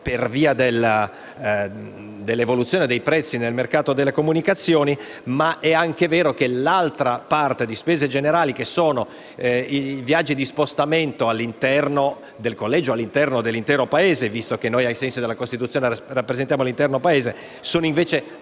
per via dell'evoluzione dei prezzi nel mercato delle telecomunicazioni, ma è anche vero che l'altra parte di spese generali, rappresentata dai viaggi di spostamento all'interno del collegio o dell'intero Paese (dal momento che ai sensi della Costituzione rappresentiamo l'intero Paese) è invece